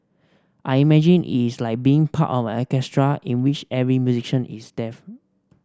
I imagine it's like being part of an orchestra in which every musician is deaf